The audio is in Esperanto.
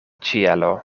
ĉielo